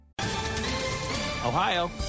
Ohio